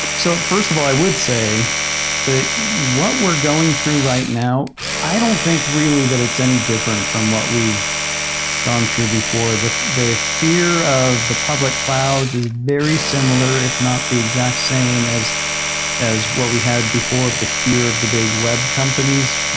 so first of all, i would say that what we're going through right now, i don't think really that it's any different from what we've gone through before. the the fear of the public clouds is very similar, if not the exact same as as what we had before of the fear of the big web companies.